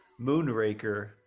Moonraker